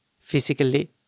physically